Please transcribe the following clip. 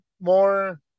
more